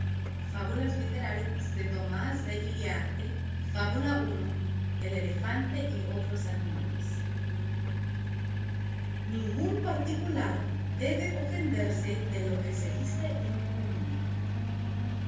fábulas literarias prólogo fábula i el elefante y otros animales ningún particular debe ofenderse de lo que se dice en común